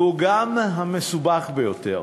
והוא גם המסובך ביותר.